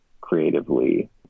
creatively